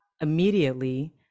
immediately